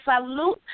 salute